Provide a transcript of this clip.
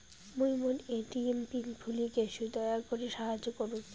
মুই মোর ATM pin ভুলে গেইসু, দয়া করি সাহাইয্য করুন